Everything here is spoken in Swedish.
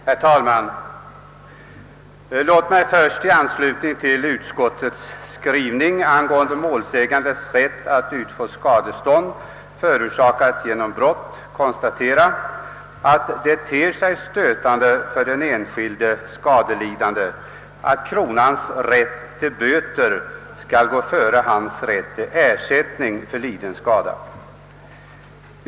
Herr talman! Låt mig först, i anslutning till utskottets skrivning angående målsägandes rätt att utfå skadestånd för skada förorsakad genom brott, konstatera att det för den enskilde skadelidande ter sig stötande att kronans rätt till böter skall gå före hans rätt till ersättning för liden skada.